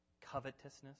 covetousness